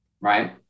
right